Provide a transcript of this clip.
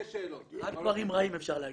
רק דברים רעים אפשר להגיד.